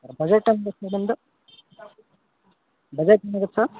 budget ಎಷ್ಟಾಗತ್ತೆ sir ನಿಮ್ಮದು budget ನಿಮ್ದ ಎಷ್ಟು